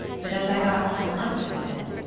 but as i got from under the bed,